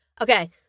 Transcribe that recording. Okay